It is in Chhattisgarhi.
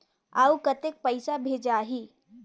अउ कतेक पइसा भेजाही?